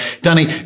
Danny